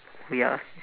ya